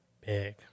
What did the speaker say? big